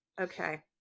okay